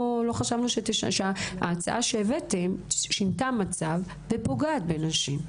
ההצעה שהבאתם שינתה מצב ופוגעת בנשים.